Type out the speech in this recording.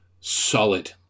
solid